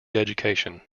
education